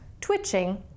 twitching